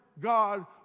God